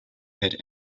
had